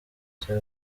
cya